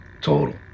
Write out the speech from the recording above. total